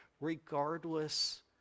regardless